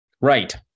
right